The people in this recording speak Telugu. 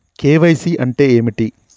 కే.వై.సీ అంటే ఏమిటి?